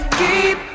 keep